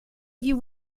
you